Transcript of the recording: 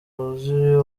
wuzuye